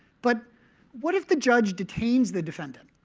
but what if the judge detains the defendant?